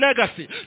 legacy